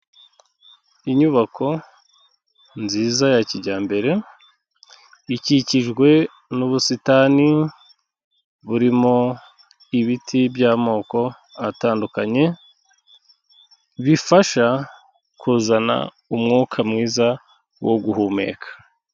Inyubako nziza ya kijyambere, ikikijwe n'ubusitani burimo ibiti by'amoko atandukanye, bifasha kuzana umwuka mwiza wo guhumeka.